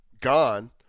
gone